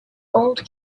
old